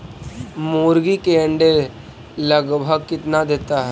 मुर्गी के अंडे लगभग कितना देता है?